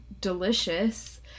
delicious